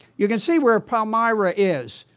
you can see where palmyra is,